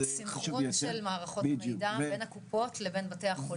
סנכרון של מערכות מידע בין הקופות לבין בתי החולים.